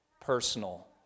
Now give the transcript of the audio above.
personal